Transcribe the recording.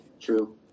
True